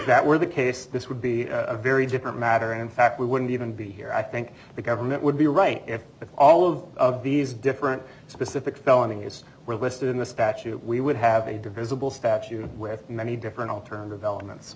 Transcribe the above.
that were the case this would be a very different matter in fact we wouldn't even be here i think the government would be right if all of of these different specific felonies were listed in the statute we would have a divisible statute with many different alternative elements